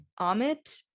Amit